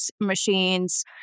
machines